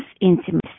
intimacy